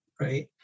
right